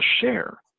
share